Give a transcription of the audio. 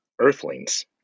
earthlings